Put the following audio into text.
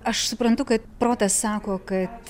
aš suprantu kad protas sako kad